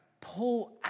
pull